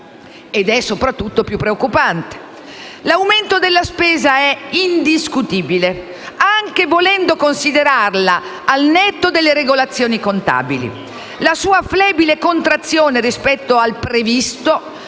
e, soprattutto, più preoccupante. L'aumento della spesa è indiscutibile, anche volendo considerarla al netto delle regolazioni contabili. La sua flebile contrazione rispetto al «previsto»